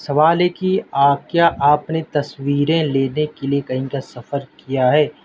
سوال ہے کہ آپ کیا آپ نے تصویریں لینے کے لیے کہیں کا سفر کیا ہے